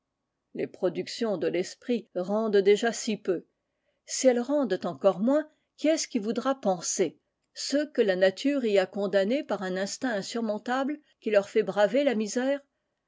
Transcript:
les productions de l'esprit rendent déjà si peu si elles rendent encore moins qui est-ce qui voudra penser ceux que la nature y a condamnés par un instinct insurmontable qui leur fait braver la misère